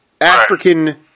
African